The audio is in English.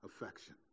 affection